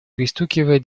пристукивая